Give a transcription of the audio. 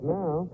now